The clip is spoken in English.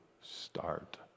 start